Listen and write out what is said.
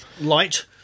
light